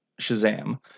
Shazam